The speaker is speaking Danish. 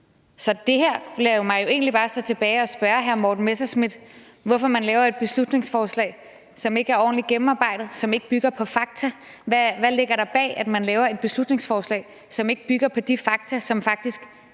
Så det her lader jo egentlig bare tilbage at stå, at jeg vil spørge hr. Morten Messerschmidt, hvorfor man laver et beslutningsforslag, som ikke er ordentlig gennemarbejdet, og som ikke bygger på fakta. Hvad ligger der bag, at man laver et beslutningsforslag, som ikke bygger på de fakta, som faktisk er rimelig